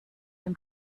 dem